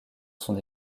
son